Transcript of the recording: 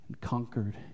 conquered